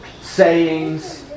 sayings